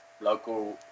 local